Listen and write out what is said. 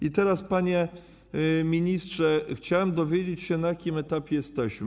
I teraz, panie ministrze, chciałem dowiedzieć się, na jakim etapie jesteśmy.